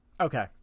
Okay